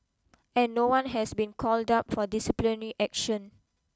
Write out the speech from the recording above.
and no one has been called up for disciplinary action